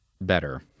better